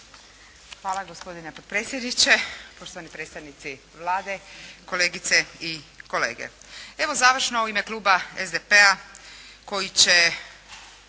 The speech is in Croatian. Hvala gospodine potpredsjedniče, poštovani predstavnici Vlade, kolegice i kolege. Evo, završno u ime kluba SDP-a koji će